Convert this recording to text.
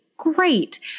Great